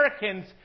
Americans